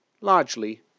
Largely